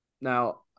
Now